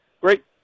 Great